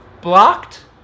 blocked